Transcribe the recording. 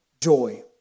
joy